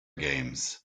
games